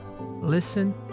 listen